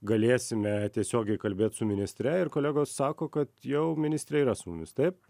galėsime tiesiogiai kalbėt su ministre ir kolegos sako kad jau ministrė yra su mumis taip